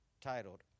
titled